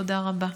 תודה רבה.